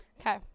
Okay